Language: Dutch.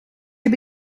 heb